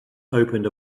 opened